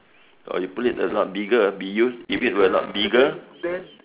or you put it a lot bigger be used if it were a lot bigger